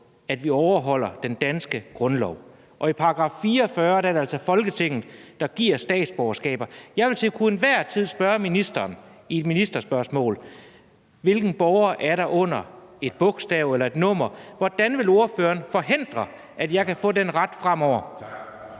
at vi overholder den danske grundlov, og ifølge § 44 er det er altså Folketinget, der giver statsborgerskaber. Jeg vil til enhver tid kunne spørge ministeren i et ministerspørgsmål, hvilken borger der er under et bogstav eller et nummer. Hvordan vil ordføreren forhindre, at jeg har den ret fremover?